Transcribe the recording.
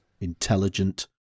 intelligent